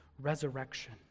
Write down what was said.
resurrection